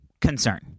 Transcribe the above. concern